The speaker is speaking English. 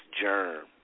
germ